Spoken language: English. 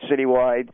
citywide